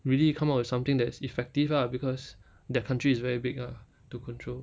really come up with something that's effective ah because the country is very big ah to control